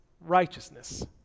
righteousness